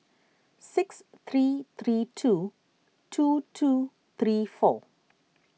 six three three two two two three four